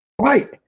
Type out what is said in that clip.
right